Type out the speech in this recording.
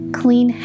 clean